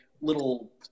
little